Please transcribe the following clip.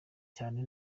cyane